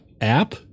app